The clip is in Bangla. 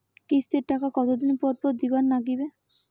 কিস্তির টাকা কতোদিন পর পর দিবার নাগিবে?